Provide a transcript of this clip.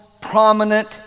prominent